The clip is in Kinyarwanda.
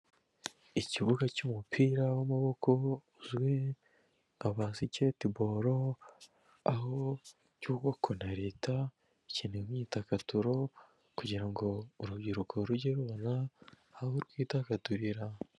Ikibuga cy'umupira w'amaboko uba uzwi nka basikete boru, aho cyubwakwa na leta ikeneye imyidagaduro kugirango urubyiruko rujye rubona aho rwitagadurira.